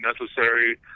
necessary